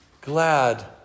glad